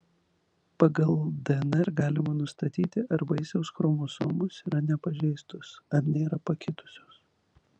pagal dnr galima nustatyti ar vaisiaus chromosomos yra nepažeistos ar nėra pakitusios